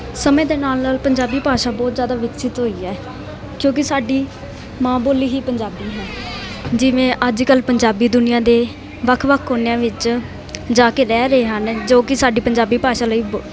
ਸਮੇਂ ਦੇ ਨਾਲ ਨਾਲ ਪੰਜਾਬੀ ਭਾਸ਼ਾ ਬਹੁਤ ਜ਼ਿਆਦਾ ਵਿਕਸਿਤ ਹੋਈ ਹੈ ਕਿਉਂਕਿ ਸਾਡੀ ਮਾਂ ਬੋਲੀ ਹੀ ਪੰਜਾਬੀ ਹੈ ਜਿਵੇਂ ਅੱਜ ਕੱਲ੍ਹ ਪੰਜਾਬੀ ਦੁਨੀਆ ਦੇ ਵੱਖ ਵੱਖ ਕੋਨਿਆਂ ਵਿੱਚ ਜਾ ਕੇ ਰਹਿ ਰਹੇ ਹਨ ਜੋ ਕਿ ਸਾਡੀ ਪੰਜਾਬੀ ਭਾਸ਼ਾ ਲਈ ਬ